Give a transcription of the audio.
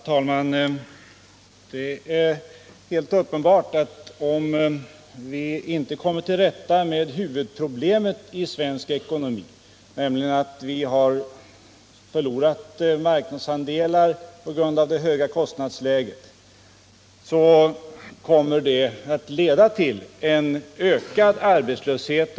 Herr talman! Det är helt uppenbart att konsekvensen om vi inte kommer till rätta med huvudproblemet i svensk ekonomi, nämligen att vi har förlorat marknadsandelar på grund av det höga kostnadsläget, blir en ökad arbetslöshet.